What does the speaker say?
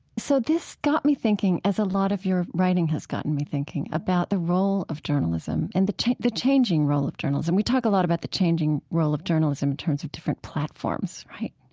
so this got me thinking, as a lot of your writing has gotten me thinking, about the role of journalism and the the changing role of journalism. we talk a lot about the changing role of journalism in and terms of different platforms, right?